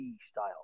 style